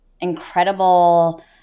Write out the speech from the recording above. incredible